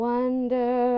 Wonder